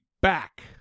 back